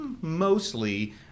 mostly